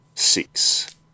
Six